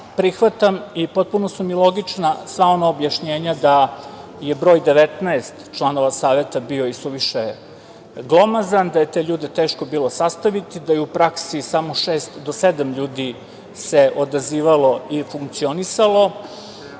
prihvatam i potpuno su mi logična sama objašnjenja da je broj 19 članova Saveta bio isuviše glomazan, da je te ljude teško bilo sastaviti, da se u praksi samo šest do sedam ljudi odazivalo i funkcionisalo,